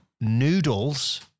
Noodles